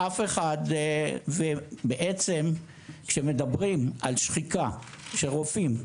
ואף אחד בעצם כשמדברים על שחיקה של רופאים,